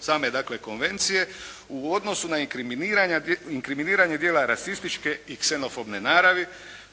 same dakle konvencije u odnosu na inkriminiranje djela rasističke i ksenofobne naravi